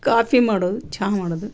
coffee ಮಾಡೋದು ಚಾ ಮಾಡೋದು